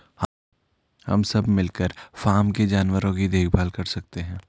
हम सब मिलकर फॉर्म के जानवरों की देखभाल करते हैं